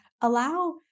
allow